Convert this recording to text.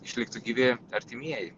išliktų gyvi artimieji